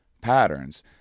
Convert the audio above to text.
Patterns